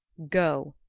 go,